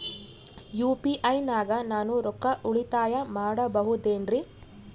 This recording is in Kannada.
ಯು.ಪಿ.ಐ ನಾಗ ನಾನು ರೊಕ್ಕ ಉಳಿತಾಯ ಮಾಡಬಹುದೇನ್ರಿ?